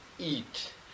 eat